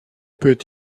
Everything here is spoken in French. peut